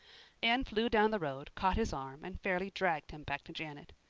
anne flew down the road, caught his arm and fairly dragged him back to janet.